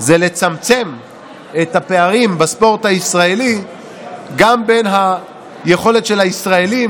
זה לצמצם את הפערים בספורט הישראלי גם בין היכולת של הישראלים,